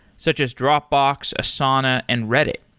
such as dropbox, asana and reddit.